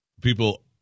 people